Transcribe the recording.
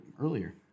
earlier